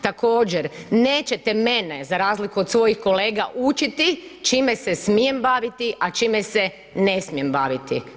Također, nećete mene za razliku od svojih kolega učiti čime se smijem baviti, a čime se ne smijem baviti.